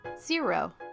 zero